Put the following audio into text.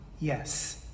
yes